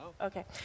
Okay